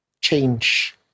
change